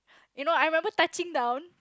you know I remember touching down